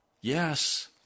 yes